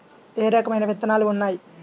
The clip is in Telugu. ఏ రకమైన విత్తనాలు ఉన్నాయి?